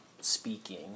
speaking